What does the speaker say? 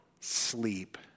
sleep